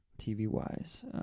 TV-wise